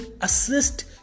assist